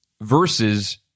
versus